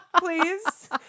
Please